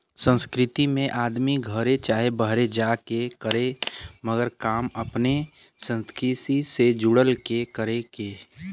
सांस्कृतिक में आदमी घरे चाहे बाहरे जा के करे मगर काम अपने संस्कृति से जुड़ के करे